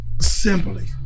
Simply